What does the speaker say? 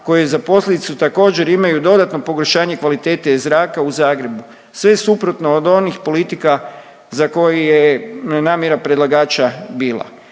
koje za posljedicu također imaju dodatno pogoršanje kvalitete zraka u Zagrebu. Sve suprotno od onih politika za koje je namjera predlagača bila.